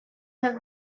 have